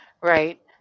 right